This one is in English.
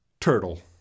turtle